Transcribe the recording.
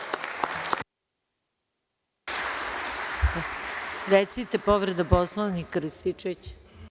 Recite, povreda Poslovnika, Rističević.